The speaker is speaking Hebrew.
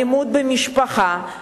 אלימות במשפחה?